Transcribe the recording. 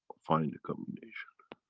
find the combination.